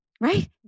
right